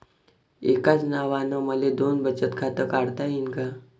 एकाच नावानं मले दोन बचत खातं काढता येईन का?